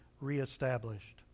reestablished